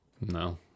No